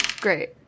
Great